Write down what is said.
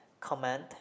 comment